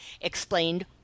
explained